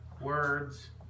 words